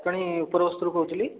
ଜଟଣୀ ଉପରବସ୍ତରୁ କହୁଥିଲି